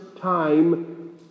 time